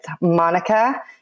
Monica